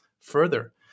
further